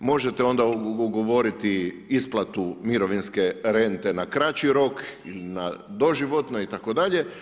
Možete onda ugovoriti isplatu mirovinske rente na kraći rok ili na doživotno itd.